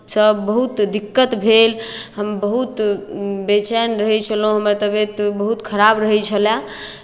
सँ बहुत दिक्कत भेल हम बहुत बेचैन रहैत छलहुँ हमर तबियत बहुत खराब रहैत छलय